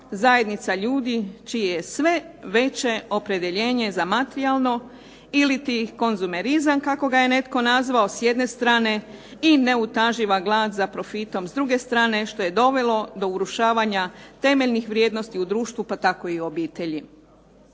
zajednica ljudi čije je sve veće opredjeljenje za materijalno iliti konzumerizam, kako ga je netko nazvao, s jedne strane i neutaživa glad za profitom s druge strane što je dovelo do urušavanja temeljnih vrijednosti u društvu pa tako i u obitelji.